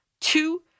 two